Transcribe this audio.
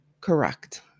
correct